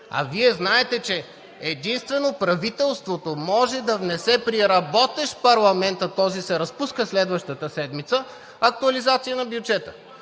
Вие знаете, че единствено правителството може да внесе при работещ парламент, а този се разпуска следващата седмица, актуализация на бюджета!